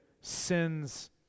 sins